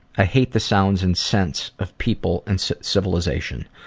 i hate the sounds and scents of people and civilization.